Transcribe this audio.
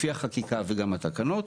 לפי החקיקה וגם התקנות,